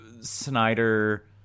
snyder